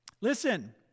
Listen